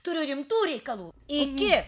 turiu rimtų reikalų iki